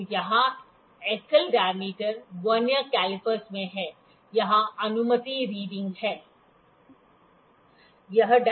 तो यहाँ एकल डाय्मीटर वर्नियर कैलीपर में है यहाँ अनुमानित रीडिंग है